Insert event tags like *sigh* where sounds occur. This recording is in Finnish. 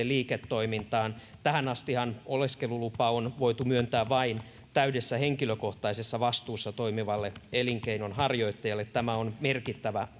*unintelligible* liiketoimintaan tähän astihan oleskelulupa on voitu myöntää vain täydessä henkilökohtaisessa vastuussa toimivalle elinkeinonharjoittajalle tämä on merkittävä *unintelligible*